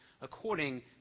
according